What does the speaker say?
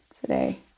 today